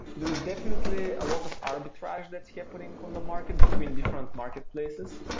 there is definitely a lot of arbitrage that's happening on the market between different marketplaces.